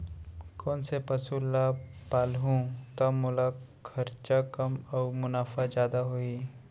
कोन से पसु ला पालहूँ त मोला खरचा कम अऊ मुनाफा जादा होही?